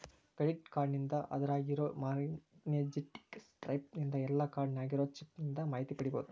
credit ಕಾರ್ಡ್ನಿಂದ ಅದ್ರಾಗಿರೊ magnetic stripe ನಿಂದ ಇಲ್ಲಾ ಕಾರ್ಡ್ ನ್ಯಾಗಿರೊ ಚಿಪ್ ನಿಂದ ಮಾಹಿತಿ ಪಡಿಬೋದು